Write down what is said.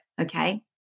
Okay